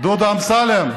דודי אמסלם.